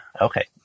Okay